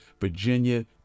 virginia